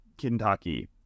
kentucky